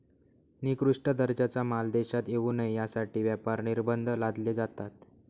निकृष्ट दर्जाचा माल देशात येऊ नये यासाठी व्यापार निर्बंध लादले जातात